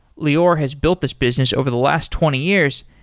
lior has built this business over the last twenty years,